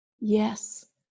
Yes